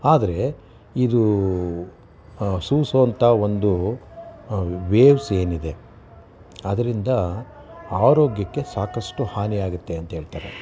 ಆದರೆ ಇದು ಸೂಸುವಂಥ ಒಂದು ವೇವ್ಸ್ ಏನಿದೆ ಅದರಿಂದ ಆರೋಗ್ಯಕ್ಕೆ ಸಾಕಷ್ಟು ಹಾನಿಯಾಗುತ್ತೆ ಅಂತ ಹೇಳ್ತಾರೆ